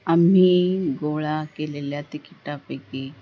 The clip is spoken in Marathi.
आम्ही गोळा केलेल्या तिकिटापैकी